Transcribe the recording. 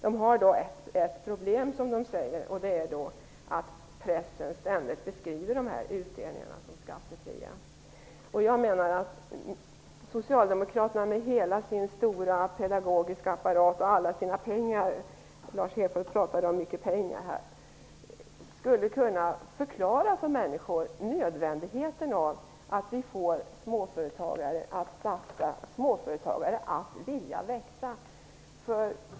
Det finns ett problem, och det är att pressen ständigt beskriver utdelningarna som skattefria. Socialdemokraterna med hela sin stora pedagogiska apparat och alla sina pengar - Lars Hedfors talar mycket om pengar - skulle kunna förklara för människor nödvändigheten av att vi får småföretagare att satsa på och att vilja växa.